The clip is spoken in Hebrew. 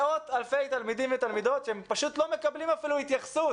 מאות אלפי תלמידים ותלמידות שהם פשוט לא מקבלים אפילו התייחסות